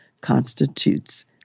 constitutes